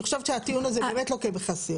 אני חושבת שהטיעון הזה באמת לוקה בחסר.